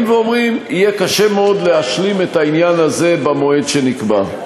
ואומרים: יהיה קשה מאוד להשלים את העניין הזה במועד שנקבע.